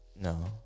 No